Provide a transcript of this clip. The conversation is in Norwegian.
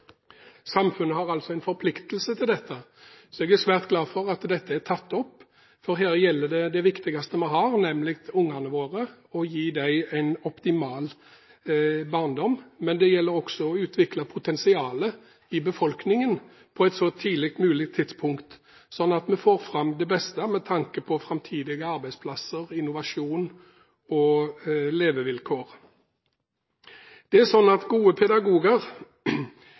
Samfunnet har altså en forpliktelse til dette. Jeg er svært glad for at dette er tatt opp, for her gjelder det det viktigste vi har, nemlig ungene våre og å gi dem en optimal barndom. Det gjelder også å utvikle potensialet i befolkningen på et så tidlig tidspunkt som mulig, slik at vi får fram det beste med tanke på framtidige arbeidsplasser, innovasjon og levevilkår. Gode pedagoger oppdager hva som skjer i et klasserom. Derfor er